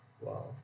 Wow